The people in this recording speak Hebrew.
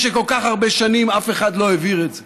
שכל כך הרבה שנים אף אחד לא העביר את זה.